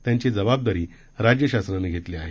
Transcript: त्यांची जबाबदारी राज्य शासनानं घेतली आहे